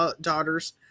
daughters